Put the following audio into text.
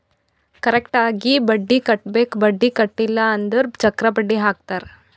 correct ಆಗಿ ಬಡ್ಡಿ ಕಟ್ಟಬೇಕ್ ಬಡ್ಡಿ ಕಟ್ಟಿಲ್ಲ ಅಂದುರ್ ಚಕ್ರ ಬಡ್ಡಿ ಹಾಕ್ತಾರ್